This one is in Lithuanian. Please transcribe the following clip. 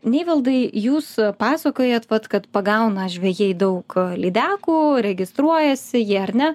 neivaldai jūs pasakojat vat kad pagauna žvejai daug lydekų registruojasi jie ar ne